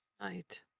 Right